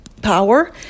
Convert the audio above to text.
power